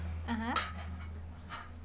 (uh huh)